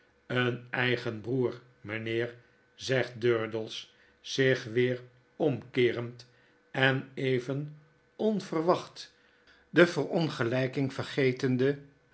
een eigen broer meneer zegt durdels zich weer omkeerend en even onverwacht de verongelijking vergetende